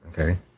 Okay